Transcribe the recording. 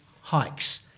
hikes